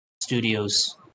Studios